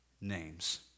names